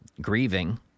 grieving